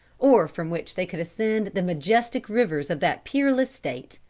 or from which they could ascend the majestic rivers of that peerless state.